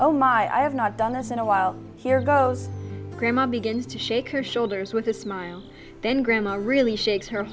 oh my i have not done this in a while here goes grandma begins to shake her shoulders with a smile then grandma really shakes her